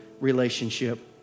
relationship